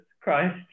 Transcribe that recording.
Christ